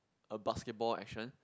a basketball action